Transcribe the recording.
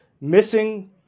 missing